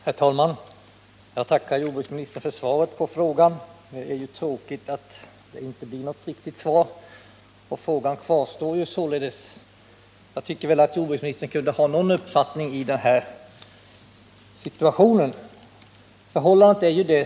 Herr talman! Jag tackar jordbruksministern för svaret på frågan. Det är ju tråkigt att det inte blir något riktigt svar, och frågan kvarstår således. Jag tycker att jordbruksministern kunde ha någon uppfattning i den här situationen.